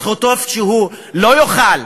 זכותו לא לאכול,